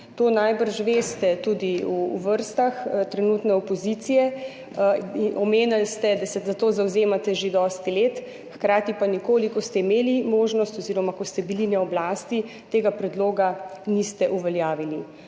To najbrž veste tudi v vrstah trenutne opozicije. Omenili ste, da se za to zavzemate že dosti let, hkrati pa nikoli, ko ste imeli možnost oziroma ko ste bili na oblasti, tega predloga niste uveljavili.